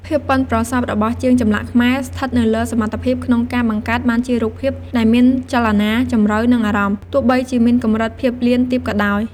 ភាពប៉ិនប្រសប់របស់ជាងចម្លាក់ខ្មែរស្ថិតនៅលើសមត្ថភាពក្នុងការបង្កើតបានជារូបភាពដែលមានចលនា ជម្រៅ និងអារម្មណ៍ ទោះបីជាមានកម្រិតភាពលៀនទាបក៏ដោយ។